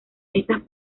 estas